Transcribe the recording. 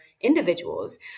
individuals